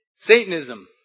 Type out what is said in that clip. Satanism